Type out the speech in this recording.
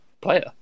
player